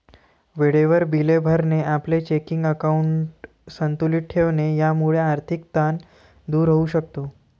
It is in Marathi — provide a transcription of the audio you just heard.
वेळेवर बिले भरणे, आपले चेकिंग अकाउंट संतुलित ठेवणे यामुळे आर्थिक ताण दूर होऊ शकतो